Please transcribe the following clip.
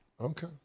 okay